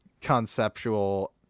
conceptual